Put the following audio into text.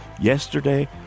Yesterday